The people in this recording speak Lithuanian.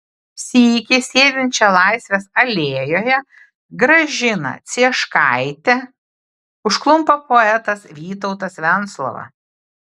sykį sėdinčią laisvės alėjoje gražiną cieškaitę užklumpa poetas vytautas venclova